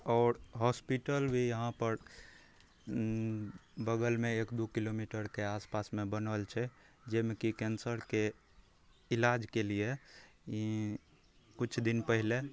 आओर हॉसपिटल भी यहाँपर बगलमे एक दुइ किलोमीटरके आसपासमे बनल छै जाहिमेकि कैन्सरके इलाजके लिए ई किछु दिन पहिले